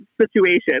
situation